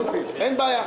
אין בעיה.